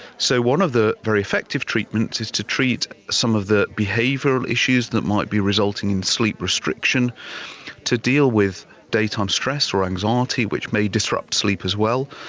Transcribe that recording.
so one of the very effective treatments is to treat some of the behavioural issues that might be resulting in sleep restriction to deal with daytime stress or anxiety which may disrupt sleep as well,